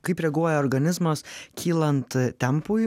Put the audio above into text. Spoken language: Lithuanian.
kaip reaguoja organizmas kylant tempui muzikos